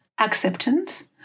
acceptance